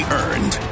earned